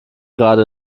gerade